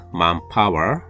manpower